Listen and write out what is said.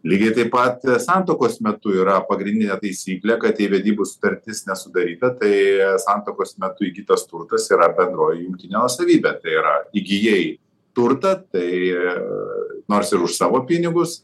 lygiai taip pat santuokos metu yra pagrindinė taisyklė kad jei vedybų sutartis nesudaryta tai santuokos metu įgytas turtas yra bendroji jungtinė nuosavybė tai yra įgijai turtą tai nors ir už savo pinigus